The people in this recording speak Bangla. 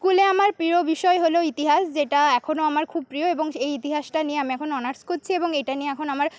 স্কুলে আমার প্রিয় বিষয় হল ইতিহাস যেটা এখনও আমার খুব প্রিয় এবং এই ইতিহাসটা নিয়ে আমি এখন অনার্স করছি এবং এটা নিয়ে এখন আমার